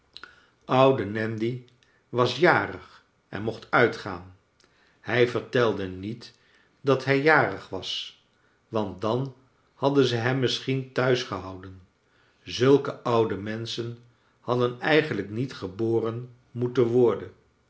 oude nandy was jarig en mocht uit gaan hij vertelde niet dat hij jarig was want dan hadden ze hem misschien thuis gehouden zulke oude menschen hadden eigenlijk niet geboren moeten worden